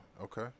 Okay